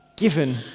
Given